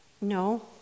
No